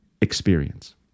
experience